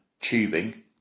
tubing